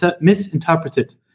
misinterpreted